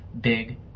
big